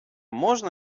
можна